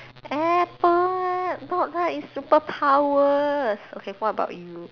Apple lah not like it's superpowers okay what about you